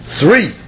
three